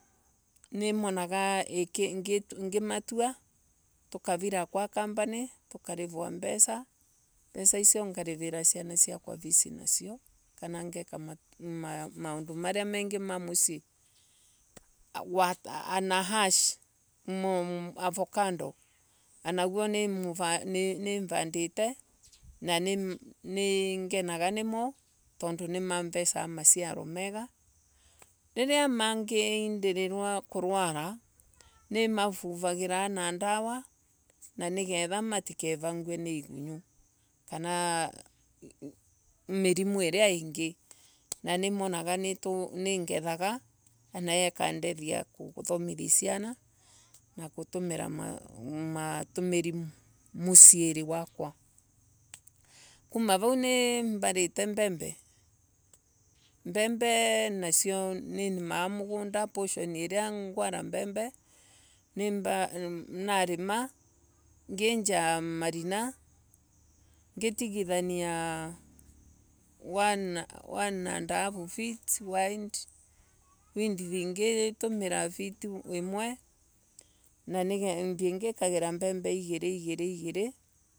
Nimonaga Ngimatua ngirira kwa company ukarirwa mbesa mbesa isio nguvirra siana siakwa visi nasio kano ngeka maundu maria mengi ma mosii. Ana ash mu mukoni Avocado anaguo nivandite na ningenayo nimo tondu nimavesaga masiaro mega. Riria mangindirirwa kurwana nimavuvaga na niketha. matikerangwe ni igunyo kano ni mirimu iria ingi na nimonaga ningethaga na ikandethia kuthomithia siana. No gutumira unatumiri musiiri wakwa. Kuma vau nimboite mbembe mbembe nasio nimmaga mugunda poshon iria ngwara mbembe. narima ngenja marina ngitiganitjia ane and a half of it wide. width nayo ngitumira feet imwe. niketha thii ngikagira mbembne igiri igiri.